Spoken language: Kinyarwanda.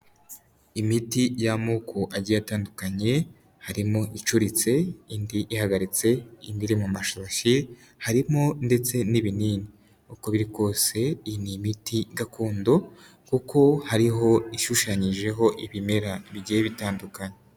imiti y'amoko agiye atandukanye harimo icuritse indi ihagaritse indi mu mashashi harimo ndetse n'ibinini uko biri kose iyi ni imiti gakondo kuko hariho ishushanyijeho ibimera bigiye bitandukana.